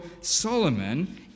solomon